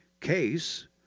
case